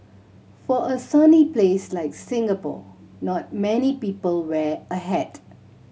for a sunny place like Singapore not many people wear a hat